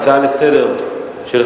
הצעה לסדר-היום שמספרה 4073,